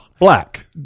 Black